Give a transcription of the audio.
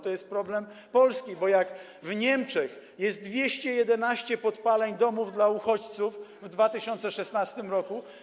To jest problem Polski, bo jak w Niemczech jest 211 podpaleń domów dla uchodźców w 2016 r.